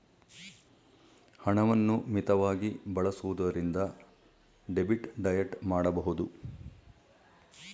ಹಣವನ್ನು ಮಿತವಾಗಿ ಬಳಸುವುದರಿಂದ ಡೆಬಿಟ್ ಡಯಟ್ ಮಾಡಬಹುದು